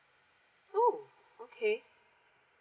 oh okay